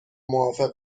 موافقم